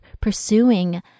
pursuing